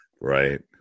Right